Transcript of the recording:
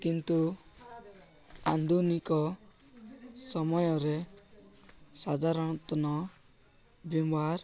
କିନ୍ତୁ ଆଧୁନିକ ସମୟରେ ସାଧାରଣତ ଭୀମବାର୍